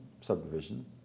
subdivision